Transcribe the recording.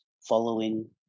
following